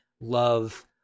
love